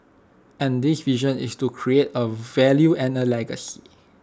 and this vision is to create A value and A legacy